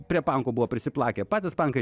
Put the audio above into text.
prie pankų buvo prisiplakę patys pankai